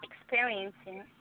experiencing